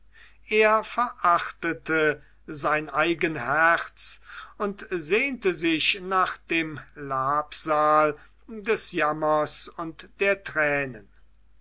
er verachtete sein eigen herz und sehnte sich nach dem labsal des jammers und der tränen